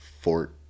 Fort